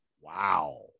Wow